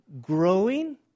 growing